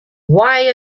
why